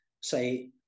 say